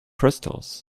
crystals